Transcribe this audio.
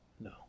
No